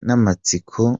n’amatsiko